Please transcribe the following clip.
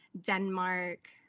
Denmark